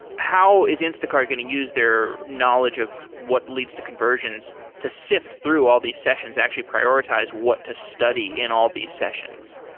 how is instacart going to use their knowledge of what leads to conversions to sift through all these sessions actually prioritize what to study in all these sessions?